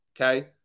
Okay